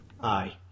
Aye